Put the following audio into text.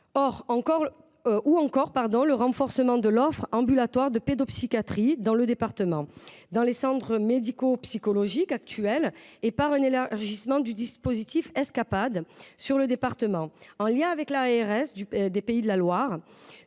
troisièmement, le renforcement de l’offre ambulatoire de pédopsychiatrie dans le département, dans les centres médico-psychologiques actuels, mais aussi par un élargissement du dispositif Escapad sur le département. En lien avec l’ARS des Pays de la Loire,